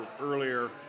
earlier